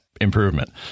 improvement